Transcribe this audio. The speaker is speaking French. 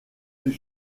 mais